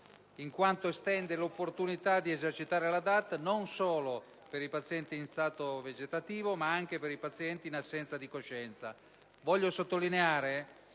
in quanto estende l'opportunità di utilizzare la DAT non solo ai pazienti in stato vegetativo ma anche ai pazienti in stato di assenza di coscienza. Voglio sottolineare